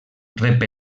rep